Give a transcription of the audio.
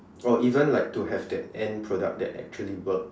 or even like to have that end product that actually work